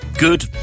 Good